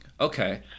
okay